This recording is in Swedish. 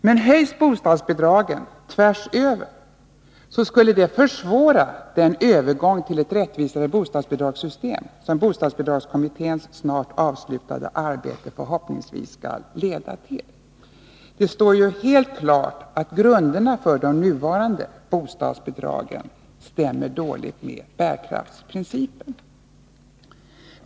Men höjs bostadsbidragen tvärs över, skulle det försvåra den övergång till ett rättvisare bostadsbidragssystem som bostadsbidragskommitténs snart avslutade arbete förhoppningsvis skall leda till. Det står ju helt klart att grunderna för de nuvarande bostadsbidragen dåligt stämmer med bärkraftsprincipen.